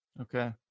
Okay